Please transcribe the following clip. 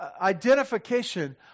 identification